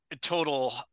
total